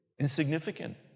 insignificant